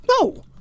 No